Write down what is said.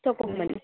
ತಗೊಂಡ್ಬನ್ನಿ